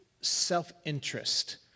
self-interest